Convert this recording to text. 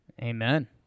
Amen